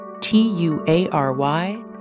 T-U-A-R-Y